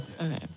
Okay